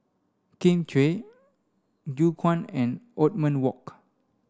Kin Chui Gu Juan and Othman Wok